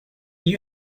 you